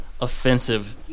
offensive